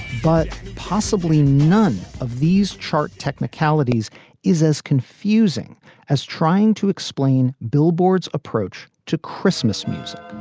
but possibly none of these chart technicalities is as confusing as trying to explain billboard's approach to christmas music.